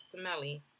smelly